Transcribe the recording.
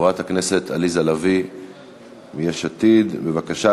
חברת הכנסת עליזה לביא מיש עתיד, בבקשה.